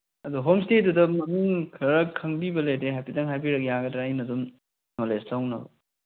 ꯑꯗꯣ ꯍꯣꯝ ꯏꯁꯇꯦꯗꯨꯗ ꯃꯃꯤꯡ ꯈꯔ ꯈꯪꯕꯤꯕ ꯂꯩꯔꯗꯤ ꯍꯥꯏꯐꯦꯠꯇꯪ ꯍꯥꯏꯕꯤꯔꯛ ꯌꯥꯒꯗ꯭ꯔꯥ ꯑꯩꯅ ꯑꯗꯨꯝ ꯅꯣꯂꯦꯖ ꯂꯧꯅꯕ